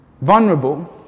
Vulnerable